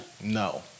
No